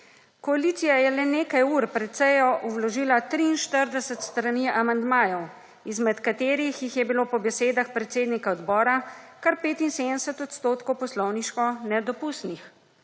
Koalicija je le nekaj ur pred sejo vložila 43 strani amandmajev izmed katerih jih je bilo po besedah predsednika odbora kar 75 % poslovniško nedopustnih.